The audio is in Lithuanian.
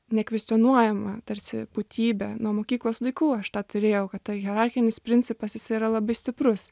nekvestionuojama tarsi būtybė nuo mokyklos laikų aš tą turėjau kad ta hierarchinis principas jisai yra labai stiprus